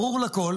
ברור לכל